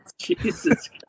Jesus